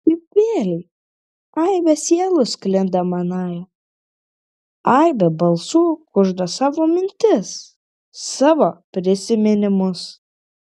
kaip vėlei aibė sielų sklinda manąja aibė balsų kužda savo mintis savo prisiminimus